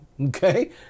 Okay